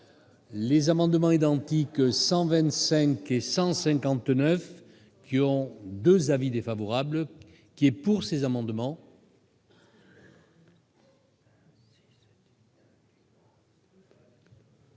les amendements identiques 125 et 159 qui ont 2 avis défavorables qui est pour ces amendements.